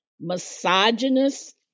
misogynist